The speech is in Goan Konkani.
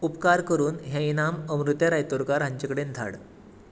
उपकार करून हें इनाम अमृतें रायतुरकार हांचे कडेन धाड